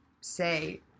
say